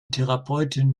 therapeutin